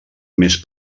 més